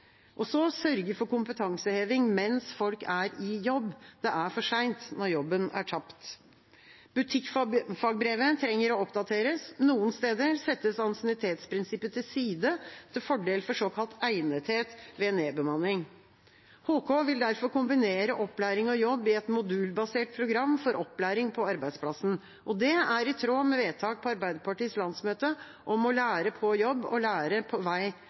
sørge for kompetanseheving mens folk er i jobb. Det er for sent når jobben er tapt. Butikkfagbrevet trenger å oppdateres. Noen steder settes ansiennitetsprinsippet til side til fordel for såkalt egnethet ved nedbemanning. HK vil derfor kombinere opplæring og jobb i et modulbasert program for opplæring på arbeidsplassen. Det er i tråd med vedtak på Arbeiderpartiets landsmøte om å lære på jobb og lære på vei